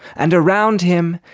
and around him,